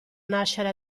nascere